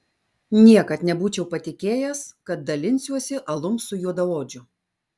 niekad nebūčiau patikėjęs kad dalinsiuosi alum su juodaodžiu